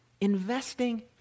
investing